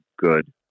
good